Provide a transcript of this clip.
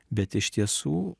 bet iš tiesų